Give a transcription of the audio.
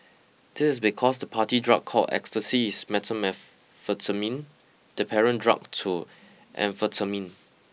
this is because the party drug called Ecstasy is methamphetamine the parent drug to amphetamine